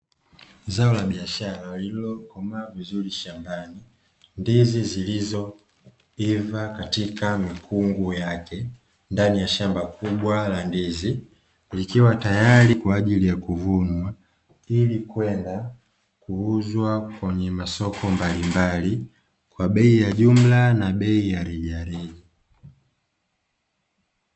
Zao la biashara lililolimwa vizuri shambani; ndizi zilizoiva katika mikungu yake ndani ya shamba kubwa la ndizi, likiwa tayari kwa ajili ya kuvunwa ili kwenda kuuzwa kwenye masoko mbalimbali, kwa bei ya jumla na bei ya rejareja.